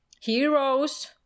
heroes